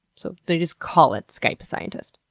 so they just call it skype a scientist.